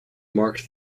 marked